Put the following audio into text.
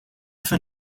fin